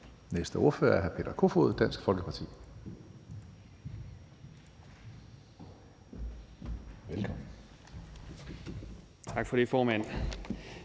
Næste ordfører af hr. Peter Kofod, Dansk Folkeparti. Velkommen. Kl. 18:15 (Ordfører)